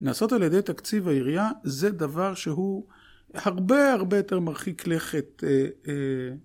נעשות על ידי תקציב העירייה, זה דבר שהוא הרבה הרבה יותר מרחיק לכת אה.. אה..